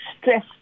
stress